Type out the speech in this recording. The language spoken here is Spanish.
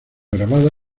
grabada